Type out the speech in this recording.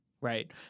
right